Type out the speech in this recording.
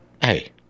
hey